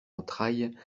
entrailles